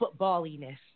footballiness